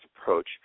approach